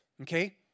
Okay